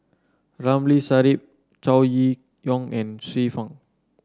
Ramli Sarip Chow Ye Yong and Xiu Fang